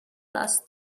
last